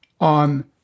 on